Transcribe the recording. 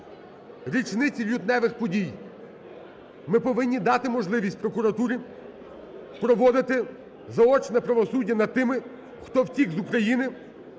річниці лютневих подій ми повинні дати можливість прокуратурі проводити заочне правосуддя над тими, хто втік з України